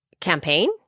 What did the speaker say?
campaign